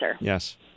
Yes